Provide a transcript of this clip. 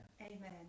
Amen